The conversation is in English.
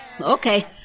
Okay